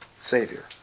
Savior